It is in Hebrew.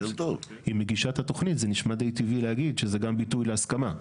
זה נשמע די טבעי להגיד שזה גם ביטוי להסכמה.